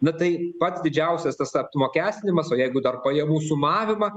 na tai pats didžiausias tas apmokestinimas o jeigu dar pajamų sumavimą